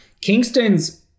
Kingston's